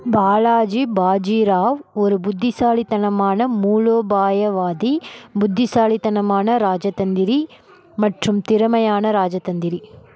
பாலாஜி பாஜிராவ் ஒரு புத்திசாலித்தனமான மூலோபாயவாதி புத்திசாலித்தனமான ராஜதந்திரி மற்றும் திறமையான ராஜதந்திரி